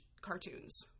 cartoons